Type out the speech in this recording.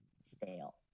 stale